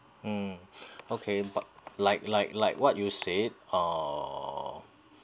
mm okay but like like like what you said